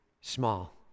small